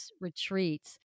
retreats